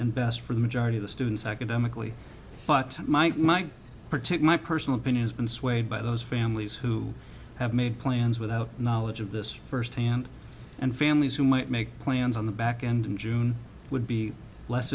best for the majority of the students academically but mike mike partic my personal opinion has been swayed by those families who have made plans without knowledge of this first hand and families who might make plans on the back end in june would be less